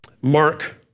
Mark